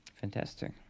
Fantastic